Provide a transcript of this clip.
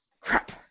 Crap